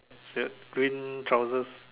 it's a green trousers